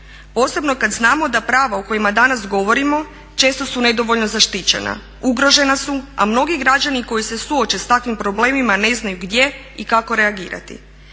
posebno kad znamo da prava o kojima danas govorimo često su nedovoljno zaštićena, ugrožena su a mnogi građani koji se suoče s takvim problemima ne znaju gdje i kako reagirati.